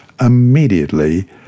Immediately